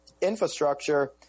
infrastructure